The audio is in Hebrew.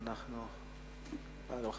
בעכו, חושב